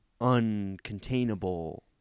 uncontainable